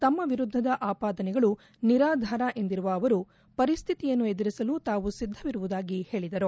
ತಮ್ಮ ವಿರುದ್ದದ ಆಪಾದನೆಗಳು ನಿರಾಧಾರ ಎಂದಿರುವ ಅವರು ಪರಿಸ್ಥಿತಿಯನ್ನು ಎದುರಿಸಲು ತಾವು ಸಿದ್ಧವಿರುವುದಾಗಿ ತಿಳಿಸಿದರು